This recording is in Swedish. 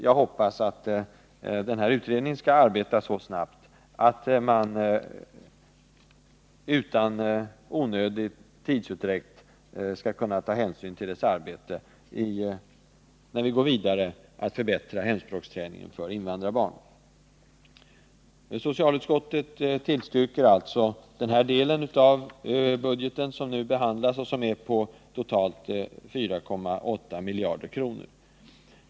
Jag hoppas att utredningen på området skall arbeta så snabbt, att det skall vara möjligt att utan onödig tidsutdräkt ta hänsyn till dess arbete när vi går vidare med att förbättra hemspråksträningen för invandrarbarn. Socialutskottet tillstyrker alltså den del av budgetpropositionens förslag som nu behandlas och som uppgår till totalt 4,8 miljarder kronor.